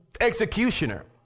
Executioner